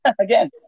again